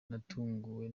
natunguwe